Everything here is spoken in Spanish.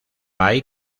hay